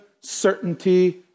certainty